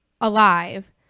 alive